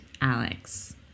Alex